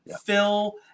phil